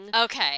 Okay